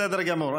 בסדר גמור.